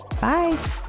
Bye